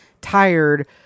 tired